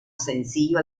sencillo